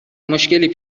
مشکلی